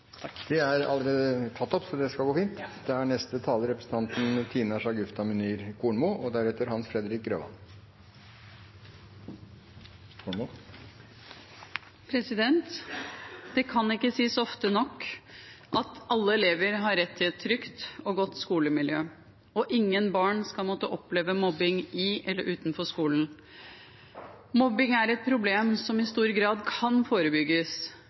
Det kan ikke sies ofte nok at alle elever har rett til et trygt og godt skolemiljø, og ingen barn skal måtte oppleve mobbing i eller utenfor skolen. Mobbing er et problem som i stor grad kan forebygges